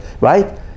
right